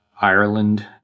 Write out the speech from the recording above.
Ireland